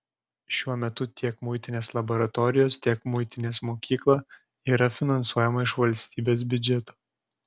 šiuo metu tiek muitinės laboratorijos tiek muitinės mokykla yra finansuojama iš valstybės biudžeto